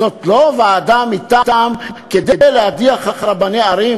זאת לא ועדה מטעם כדי להדיח רבני ערים,